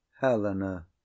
Helena